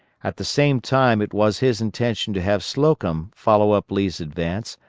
at the same time it was his intention to have slocum follow up lee's advance,